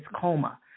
coma